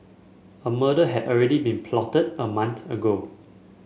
a murder had already been plotted a month ago